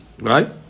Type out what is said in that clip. right